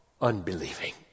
unbelieving